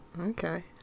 Okay